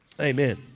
Amen